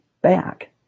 back